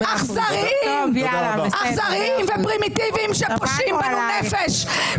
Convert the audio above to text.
אכזריים ופרימיטיביים שפושעים בנו נפש.